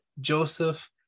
Joseph